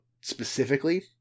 specifically